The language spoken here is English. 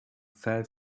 fell